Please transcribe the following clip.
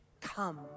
come